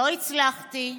לא הצלחתי.